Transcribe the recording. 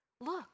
look